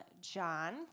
John